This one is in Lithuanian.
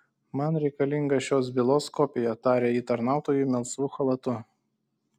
man reikalinga šios bylos kopija tarė ji tarnautojui melsvu chalatu